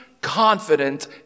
confident